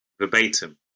Verbatim